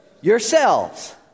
yourselves